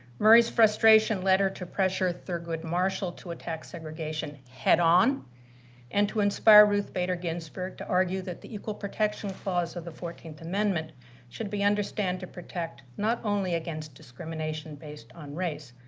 murray's frustration led her to pressure thurgood marshall to attack segregation head-on and to inspire ruth bader ginsburg to argue that the equal protection clause of the fourteenth amendment should be understand to protect not only against discrimination based on race,